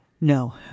No